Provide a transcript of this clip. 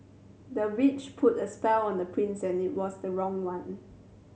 the witch put a spell on the prince and it was the wrong one